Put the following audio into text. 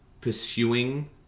pursuing